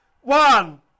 One